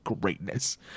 greatness